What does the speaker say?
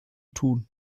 tun